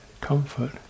comfort